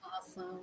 Awesome